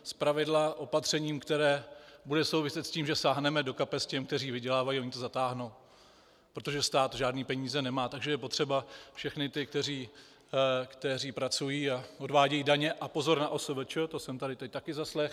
Zpravidla opatřením, které bude souviset s tím, že sáhneme do kapes těm, kteří vydělávají, oni to zatáhnou, protože stát žádné peníze nemá, takže je potřeba všechny ty, kteří pracují a odvádějí daně a pozor na OSVČ!, to jsem tady teď také zaslechl.